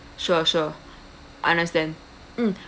sure sure I understand mm